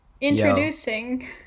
Introducing